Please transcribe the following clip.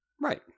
right